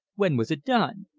when was it done?